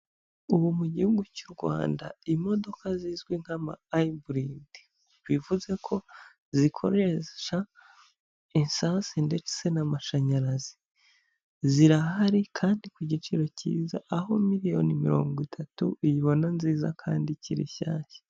Ubu mu gihugu cy'u Rwanda imodoka zizwi nka ayiburidi bivuze ko zikoresha esansi ndetse n'amashanyarazi, zirahari kandi ku giciro cyiza, aho miliyoni mirongo itatu uyibona nziza kandi ikiri nshyashya.